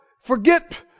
forget